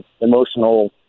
emotional